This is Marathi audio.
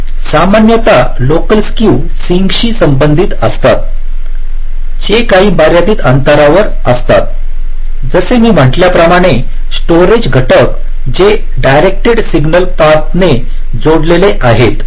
तर सामान्यतः लोकल स्केव सिंकशी संबंधित असतात जे काही मर्यादित अंतरावर असतात जसे मी म्हटल्याप्रमाणे स्टोरेज घटक जे डिरेक्टड सिग्नल पाथने जोडलेले आहेत